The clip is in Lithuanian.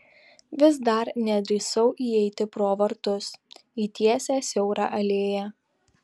vis dar nedrįsau įeiti pro vartus į tiesią siaurą alėją